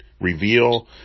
reveal